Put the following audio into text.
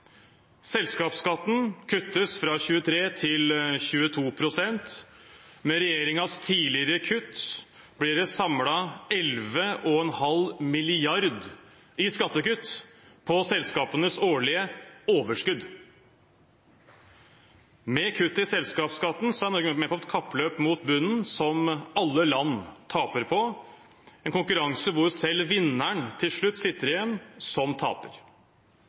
Selskapsskatten kuttes fra 23 til 22 pst. Med regjeringens tidligere kutt blir det samlet 11,5 mrd. kr i skattekutt på selskapenes årlige overskudd. Med kuttet i selskapsskatten er Norge med på et kappløp mot bunnen som alle land taper på – en konkurranse hvor selv vinneren til slutt sitter igjen som taper.